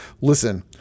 listen